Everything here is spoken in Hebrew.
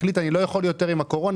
החליט: אני לא יכול יותר עם הקורונה,